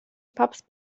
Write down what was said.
papst